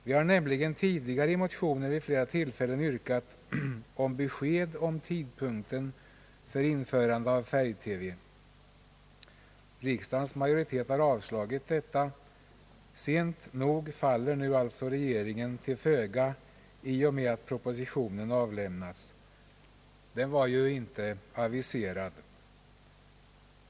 Vi har nämligen tidigare vid flera tillfällen i motioner yrkat på besked om tidpunkten för införande av färg-TV. Riksdagens majoritet har avslagit dessa. Sent nog faller nu alltså regeringen till föga i och med att propositionen avlämnats Den var ju icke aviserad.